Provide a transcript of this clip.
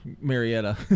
Marietta